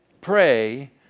Pray